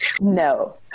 no